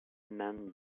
man